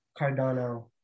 Cardano